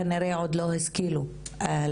כנראה עוד לא השכילו להעביר.